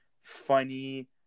funny